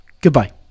goodbye